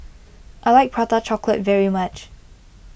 I like Prata Chocolate very much